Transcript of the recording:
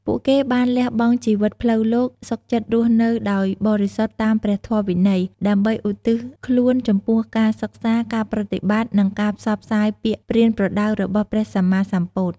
ពួកគេបានលះបង់ជីវិតផ្លូវលោក សុខចិត្តរស់នៅដោយបរិសុទ្ធតាមព្រះធម៌វិន័យ ដើម្បីឧទ្ទិសខ្លួនចំពោះការសិក្សា ការប្រតិបត្តិ និងការផ្សព្វផ្សាយពាក្យប្រៀនប្រដៅរបស់ព្រះសម្មាសម្ពុទ្ធ។